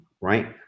right